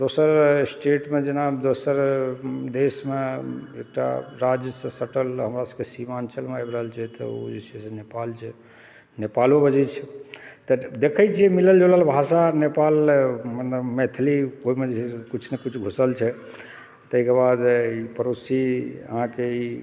दोसर स्टेटमे जेना दोसर देशमे एकटा राज्यसँ सटल हमरासभकेँ सीमांचलमे आबि रहल छै तऽ ओ जे छै से नेपाल छै नेपालोमे जे छै तऽ देखै छियै मिलल जुलल भाषा नेपाल मतलब मैथिली ओहिमे जे छै से किछु न किछु घुसल छै तहिके बाद पड़ोसी अहाँके ई